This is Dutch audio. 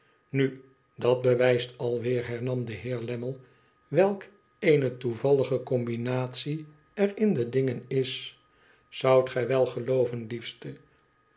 na dat bewijst alweer hernam de heer lammie welk eene toevallige combinatie er in de dingen is zoudt gij wel gelooven liete